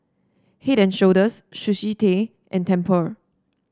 Head And Shoulders Sushi Tei and Tempur